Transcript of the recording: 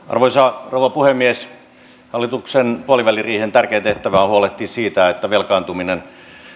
arvoisa rouva puhemies hallituksen puoliväliriihen tärkein tehtävä on huolehtia siitä että velkaantumisen